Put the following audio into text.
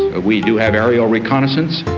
ah we do have aerial reconnaissance,